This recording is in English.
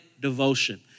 devotion